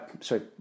sorry